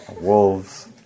wolves